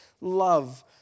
love